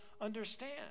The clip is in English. understand